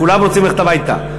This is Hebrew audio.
כולם רוצים ללכת הביתה.